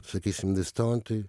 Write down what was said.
sakysim the stone tai